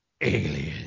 alien